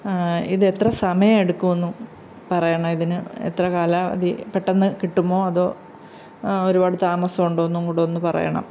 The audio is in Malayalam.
ഇതെത്ര സമയമെടുക്കുമെന്നും പറയണം ഇതിന് എത്ര കാലാവധി പെട്ടെന്നു കിട്ടുമോ അതോ ഒരുപാട് താമസമുണ്ടോയെന്നും കൂടെയൊന്നു പറയണം